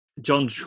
John